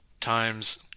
times